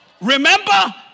Remember